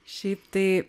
šiaip tai